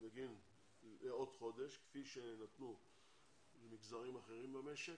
לעוד חודש, כפי שנתנו למגזרים אחרים במשק,